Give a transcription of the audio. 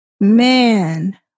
man